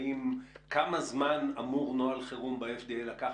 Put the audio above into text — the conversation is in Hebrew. כמה זמן אמור נוהל חירום ב-FDA לקחת,